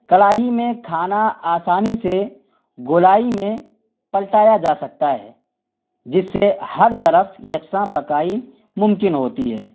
کڑاہی میں کھانا آسانی سے گولائی میں پلٹایا جا سکتا ہے جس سے ہر طرف یکساں پکائی ممکن ہوتی ہے